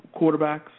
quarterbacks